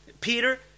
Peter